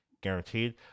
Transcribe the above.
guaranteed